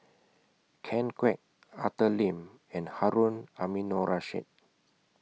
Ken Kwek Arthur Lim and Harun Aminurrashid